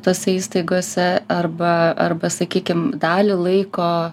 tose įstaigose arba arba sakykim dalį laiko